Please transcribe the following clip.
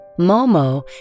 Momo